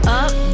up